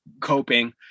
coping